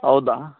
ಹೌದಾ